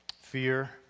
Fear